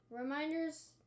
Reminders